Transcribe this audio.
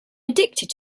addicted